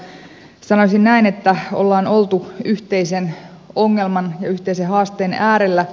sanoisin näin että ollaan oltu yhteisen ongelman ja yhteisen haasteen äärellä